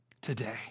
today